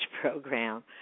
program